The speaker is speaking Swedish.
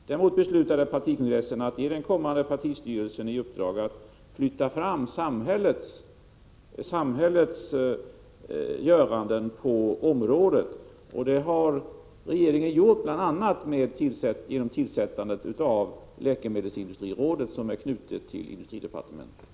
Däremot beslutade partikongressen att ge den kommande partistyrelsen i uppdrag att flytta fram samhällets åtgärder på området, och det har regeringen gjort bl.a. genom tillsättandet av läkemedelsindustrirådet, som är knutet till industridepartementet.